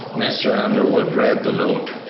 mr. underwood read the note.